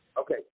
Okay